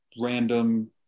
random